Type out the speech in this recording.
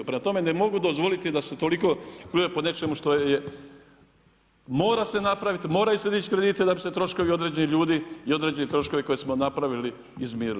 Prema tome, ne mogu dozvoliti da se toliko pljuje po nečemu što mora se napraviti, moraju se dići krediti da bi se troškovi određenih ljudi i određeni troškovi koje smo napravili izmirili.